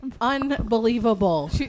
Unbelievable